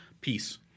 Peace